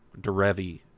Derevi